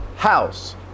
house